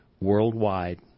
worldwide